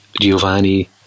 Giovanni